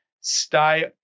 stay